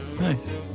Nice